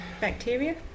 bacteria